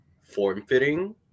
form-fitting